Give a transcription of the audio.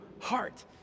heart